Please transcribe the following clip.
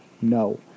no